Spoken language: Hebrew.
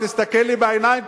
תסתכל לי בעיניים,